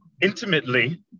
intimately